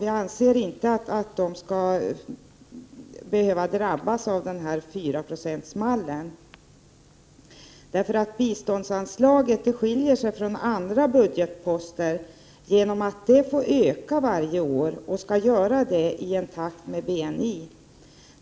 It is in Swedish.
Vi anser att de inte skall behöva drabbas av den här fyraprocentsmallen. Biståndsanslaget skiljer sig nämligen från andra budgetposter genom att det får öka varje år och skall göra det i takt med BNI.